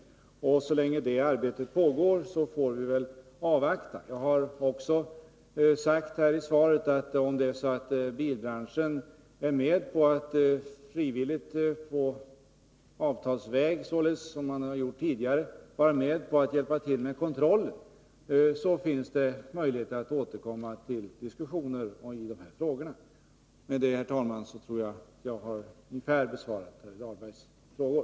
Så länge det arbetet pågår får vi väl avvakta. Jag har också i svaret sagt att om bilbranschen liksom tidigare är med på att frivilligt, dvs. på avtalsvägen, vara med och hjälpa till med kontrollen, så finns det möjligheter att återkomma till diskussioner i dessa frågor. Med det, herr talman, tror jag att jag har besvarat Rolf Dahlbergs frågor.